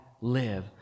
live